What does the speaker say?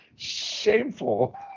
Shameful